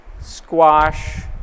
squash